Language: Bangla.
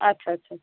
আচ্ছা আচ্ছা